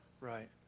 Right